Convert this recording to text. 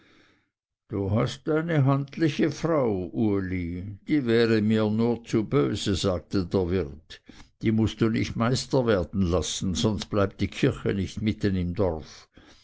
du hast eine handliche frau uli die wäre mir nur zu böse sagte der wirt die mußt du nicht meister werden lassen sonst bleibt die kirche nicht mitten im dorfe